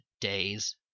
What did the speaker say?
days